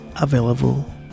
available